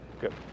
Good